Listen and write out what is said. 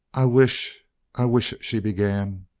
i wish i wish she began.